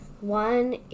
One